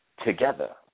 together